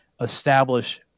establish